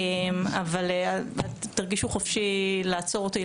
אבל תרגישו חופשי לעצור אותי,